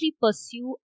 pursue